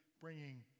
bringing